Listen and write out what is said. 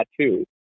tattoo